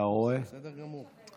בסדר גמור.